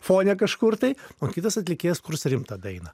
fone kažkur tai o kitas atlikėjas kurs rimtą dainą